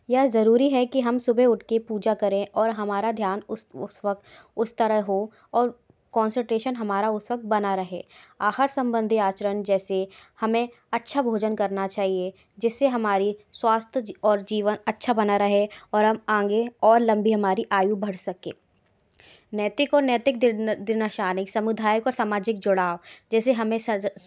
यह जरूरी है कि हम सुबह उठ के पूजा करें और हमारा ध्यान उस उस वक्त उस तरह हो और कॉन्सन्ट्रेशन हमारा उस वक्त बना रहे आहार संबंधी आचरण जैसे हमें अच्छा भोजन करना चाहिए जिससे हमारे स्वास्थ्य और जीवन अच्छा बना रहे और हम आगे और लंबी हमारी आयु बढ़ सके नैतिक और नैतिक सामुदायिक और सामाजिक जुड़ाव जैसे हमें